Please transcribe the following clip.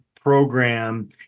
program